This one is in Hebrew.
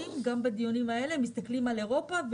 בדיונים האלה אנחנו מסתכלים על אירופה,